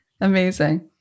Amazing